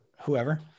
whoever